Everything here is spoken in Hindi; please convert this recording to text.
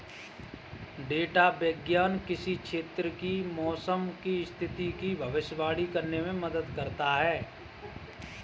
डेटा विज्ञान किसी क्षेत्र की मौसम की स्थिति की भविष्यवाणी करने में मदद करता है